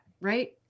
right